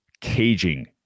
caging